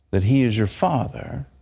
that he is your father,